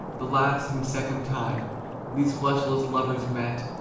the last and second time these fleshless lovers met,